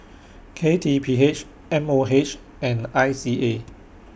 K T P H M O H and I C A